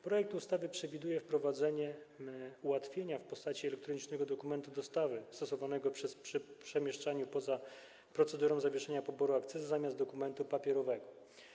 Projekt ustawy przewiduje wprowadzenie ułatwienia w postaci elektronicznego dokumentu dostawy stosowanego przy przemieszczaniu wyrobów poza procedurą zawieszenia poboru akcyzy zamiast dokumentu papierowego.